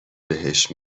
بهش